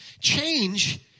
Change